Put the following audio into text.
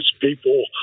people